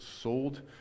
sold